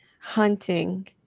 hunting